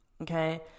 okay